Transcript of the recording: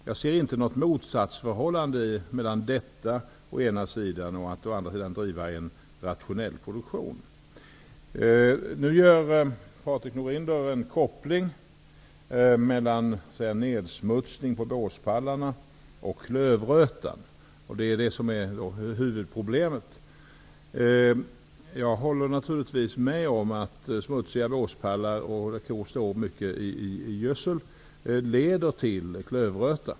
Jag ser inte något motsatsförhållande mellan detta å ena sidan och driften av en rationell produktion å andra sidan. Patrik Norinder gör en koppling mellan nedsmutsningen på båspallarna och klövrötan. Det är alltså det som är huvudproblemet. Jag håller naturligtvis med om att smutsiga båspallar och mängden gödsel leder till klövröta.